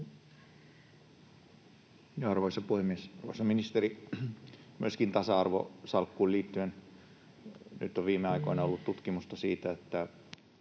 Arvoisa puhemies! Arvoisa ministeri, myöskin tasa-arvosalkkuun liittyen on viime aikoina ollut tutkimusta siitä, että